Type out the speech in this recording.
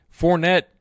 Fournette